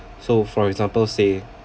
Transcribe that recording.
so for example say